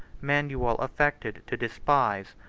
manuel affected to despise,